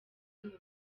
kandi